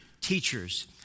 teachers